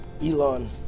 Elon